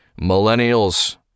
millennials